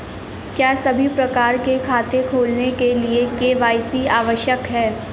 क्या सभी प्रकार के खाते खोलने के लिए के.वाई.सी आवश्यक है?